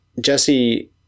Jesse